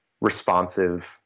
responsive